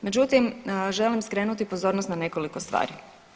Međutim, želim skrenuti pozornost na nekoliko stvari.